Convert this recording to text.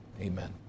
Amen